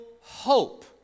hope